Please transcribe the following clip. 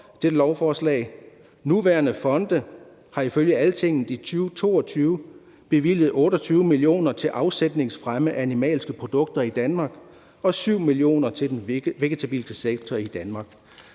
Nuværende fonde har ifølge Altinget i 2022 bevilget 28 mio. kr. til afsætningsfremme af animalske produkter i Danmark og 7 mio. kr. til den vegetabilske sektor i Danmark.